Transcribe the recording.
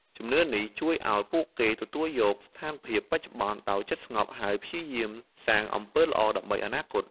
ជំនឿនេះជួយឱ្យពួកគេទទួលយកស្ថានភាពបច្ចុប្បន្នដោយចិត្តស្ងប់ ហើយព្យាយាមសាងអំពើល្អដើម្បីអនាគត។